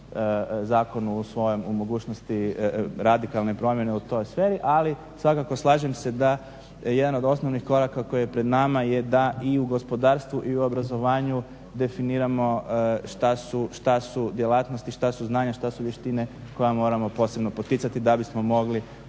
o mogućnosti radikalne promjene u toj sferi ali svakako slažem se da jedan od osnovnih koraka koji je pred nama je da i u gospodarstvu i u obrazovanju definiramo šta su djelatnosti, šta su znanja, šta su vještine koje moramo posebno poticati da bismo mogli